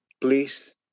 please